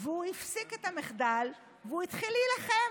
הוא הפסיק את המחדל והוא התחיל להילחם.